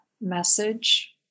message